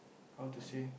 how to say